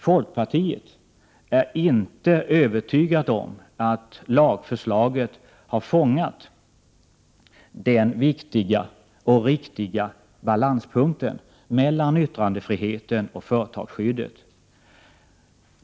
Folkpartiet är inte övertygat om att lagförslaget har fångat den viktiga och riktiga balanspunkten mellan yttrandefriheten och företagsskyddet.